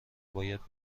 باید